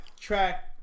track